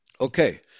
Okay